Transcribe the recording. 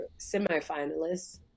semifinalists